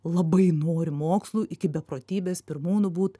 labai nori mokslų iki beprotybės pirmūnu būt